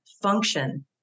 function